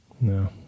No